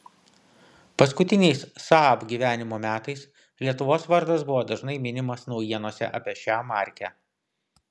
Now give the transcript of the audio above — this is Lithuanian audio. paskutiniais saab gyvavimo metais lietuvos vardas buvo dažnai minimas naujienose apie šią markę